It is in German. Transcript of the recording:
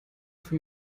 für